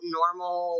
normal